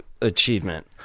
achievement